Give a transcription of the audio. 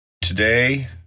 today